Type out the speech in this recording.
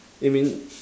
aiming